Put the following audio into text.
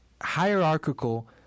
hierarchical